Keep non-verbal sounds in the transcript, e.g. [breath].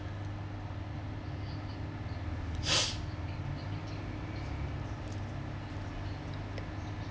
[breath]